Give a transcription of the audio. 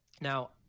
Now